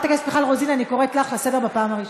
אני קוראת אותך לסדר בפעם הראשונה.